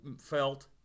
felt